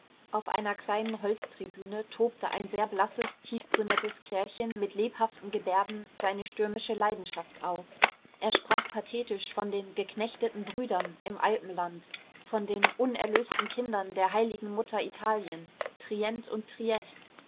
auf einer kleinen holztribüne tobte ein sehr blasses tiefbrünettes kerlchen mit lebhaften gebärden seine stürmische leidenschaft aus er sprach pathetisch von den geknechteten brüdern im alpenland von den unerlösten kindern der heiligen mutter italien trient und triest